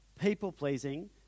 people-pleasing